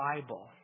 Bible